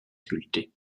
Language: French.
sculpté